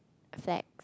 flag